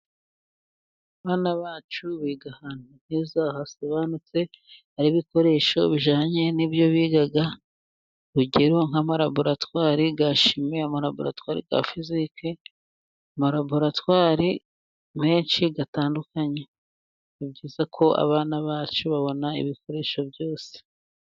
Abana bacu biga ahantu heza hasobanutse hari ibikoresho bijyanye n'ibyo biga urugero nk' amalaboratwari ya shim, amalaboratwari ya fizike, amalaboratwari menshi atandukanye. Ni byizako abana bacu babona ibikoresho byose.